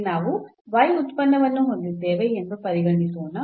ಇಲ್ಲಿ ನಾವು ಉತ್ಪನ್ನವನ್ನು ಹೊಂದಿದ್ದೇವೆ ಎಂದು ಪರಿಗಣಿಸೋಣ